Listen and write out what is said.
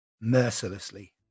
mercilessly